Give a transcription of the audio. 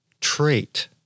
trait